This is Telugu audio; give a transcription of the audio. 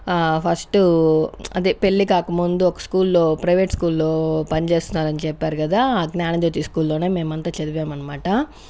ఫస్టు అదే పెళ్ళి కాక ముందు ఒక స్కూల్లో ప్రైవేట్ స్కూల్లో పనిచేస్తున్నానని చెప్పారు కదా ఆ జ్ఞానజ్యోతి స్కూల్లోనే మేమంతా చదివామన్నమాట